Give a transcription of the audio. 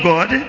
God